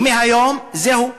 ומהיום זהו,